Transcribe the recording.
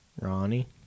ronnie